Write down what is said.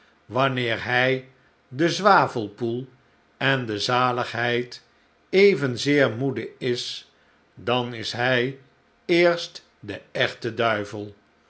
wanneer hij den zwavelpoel en de zaligheid evenzeer moede is dan is hij eerst de echte duivel